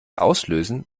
auslösen